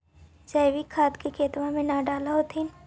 जैवीक खाद के खेतबा मे न डाल होथिं?